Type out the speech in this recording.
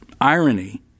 irony